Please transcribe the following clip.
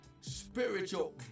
spiritual